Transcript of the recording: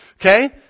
okay